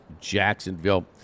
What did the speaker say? Jacksonville